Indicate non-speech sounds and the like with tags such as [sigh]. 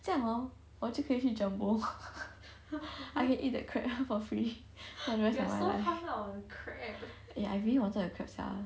then hor 我就可以去 jumbo [laughs] I can eat the crab for free ya I really wanted the crab sia